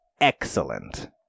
excellent